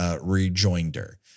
Rejoinder